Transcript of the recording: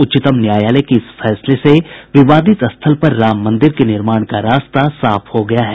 उच्चतम न्यायालय के इस फैसले से विवादित स्थल पर राम मंदिर के निर्माण का रास्ता साफ हो गया है